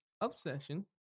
obsession